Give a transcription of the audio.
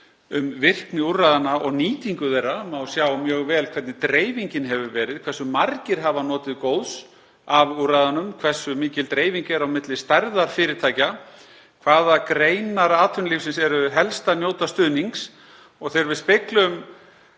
um virkni úrræðanna og nýtingu þeirra, hvernig dreifingin hefur verið, hversu margir hafa notið góðs af úrræðunum, hversu mikil dreifing er á milli stærðar fyrirtækja, hvaða greinar atvinnulífsins njóta helst stuðnings. Þegar við speglum